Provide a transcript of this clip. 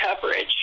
coverage